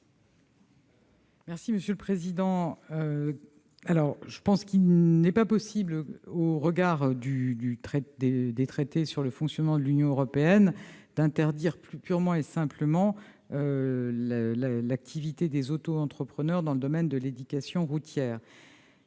est l'avis du Gouvernement ? Il n'est pas possible, au regard des traités sur le fonctionnement de l'Union européenne, d'interdire purement et simplement l'activité des auto-entrepreneurs dans le domaine de l'éducation routière.